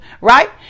right